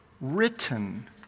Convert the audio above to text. written